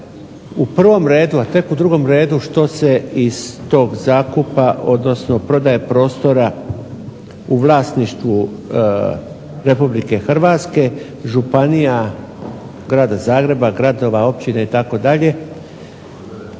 u prvom redu, a tek u drugom redu što se iz tog zakupa odnosno prodaje prostora u vlasništvu Republike Hrvatske, županija, Grada Zagreba, gradova, općina itd.